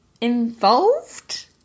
involved